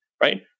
right